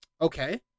Okay